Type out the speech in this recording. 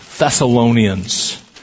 Thessalonians